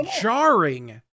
jarring